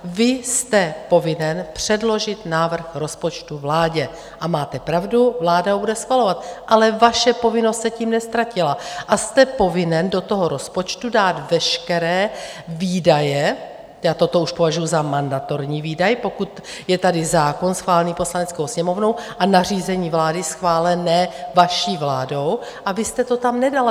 Vy jste povinen předložit návrh rozpočtu vládě a máte pravdu, vláda ho bude schvalovat, ale vaše povinnost se tím neztratila a jste povinen do toho rozpočtu dát veškeré výdaje já toto už považuji za mandatorní výdaje, pokud je tady zákon schválený Poslaneckou sněmovnou a nařízení vlády schválené vaší vládou a vy jste to nedal.